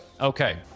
Okay